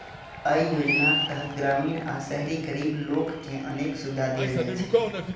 अय योजनाक तहत ग्रामीण आ शहरी गरीब लोक कें अनेक सुविधा देल जाइ छै